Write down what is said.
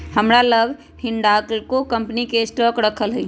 हमरा लग हिंडालको कंपनी के स्टॉक राखल हइ